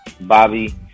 Bobby